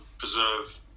preserve